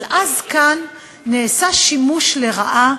אבל אז נעשה כאן שימוש לרעה,